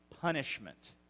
punishment